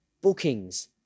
bookings